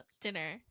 dinner